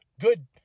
good